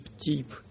deep